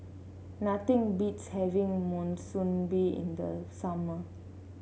nothing beats having Monsunabe in the summer